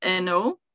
NO